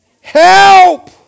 help